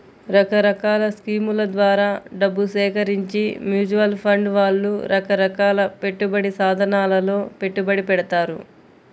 రకరకాల స్కీముల ద్వారా డబ్బు సేకరించి మ్యూచువల్ ఫండ్ వాళ్ళు రకరకాల పెట్టుబడి సాధనాలలో పెట్టుబడి పెడతారు